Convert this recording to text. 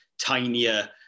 tinier